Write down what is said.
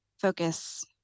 focus